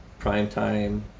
primetime